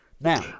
Now